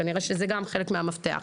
כנראה שזה גם חלק מהמפתח.